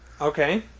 Okay